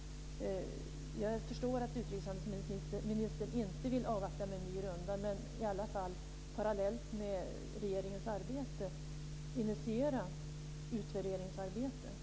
Jag förstår att utrikeshandelsministern inte vill avvakta med en ny runda. Men jag undrar i alla fall om han parallellt med regeringens arbete vill initiera ett utvärderingsarbete.